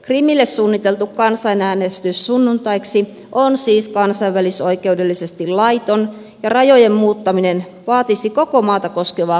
krimille suunniteltu kansanäänestys sunnuntaiksi on siis kansainvälisoikeudellisesti laiton ja rajojen muuttaminen vaatisi koko maata koskevaa kansanäänestystä